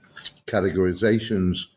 categorizations